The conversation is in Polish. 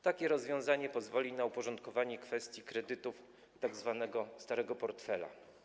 Takie rozwiązanie pozwoli na uporządkowanie kwestii kredytów tzw. starego portfela.